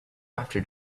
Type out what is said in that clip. after